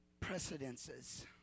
precedences